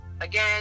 Again